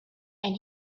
and